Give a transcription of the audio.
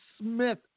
Smith